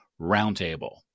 Roundtable